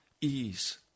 ease